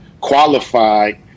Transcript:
qualified